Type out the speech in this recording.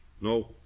No